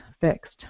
fixed